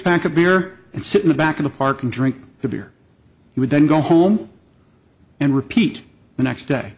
pack of beer and sit in the back of the park and drink a beer he would then go home and repeat the next day